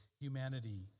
humanity